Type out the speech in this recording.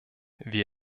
wie